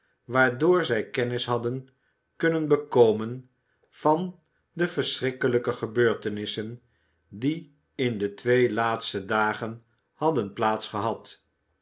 waardoor zij kennis hadden kunnen bekomen van de verschrikkelijke gebeurtenissen die in de twee laatste dagen hadden plaats gehad